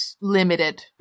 limited